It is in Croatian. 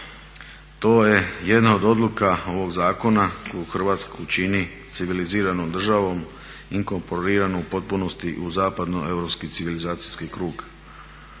To je jedna od odluka ovog zakona koji Hrvatsku čini civiliziranom državom, inkorporiranu u potpunosti u zapadno europski civilizacijski krug.